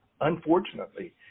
unfortunately